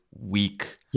weak